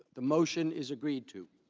the motion is agreed to.